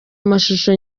amashusho